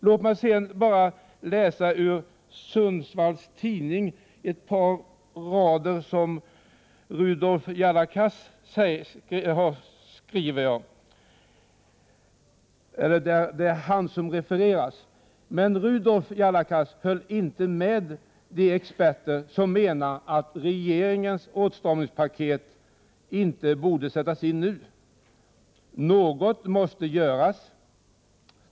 Låt mig sedan bara läsa ett par rader i Sundsvalls Tidning, där Rudolf Jalakas refereras: ”Men Rudolf Jalakas höll inte med de experter som menar att regeringens åtstramningspaket inte borde sättas in just nu. Något måste göras.